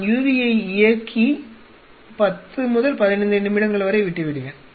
நான் UV ஐ இயக்கி 10 முதல் 15 நிமிடங்கள் வரை விட்டுவிடுவேன்